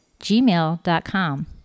gmail.com